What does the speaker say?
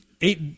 eight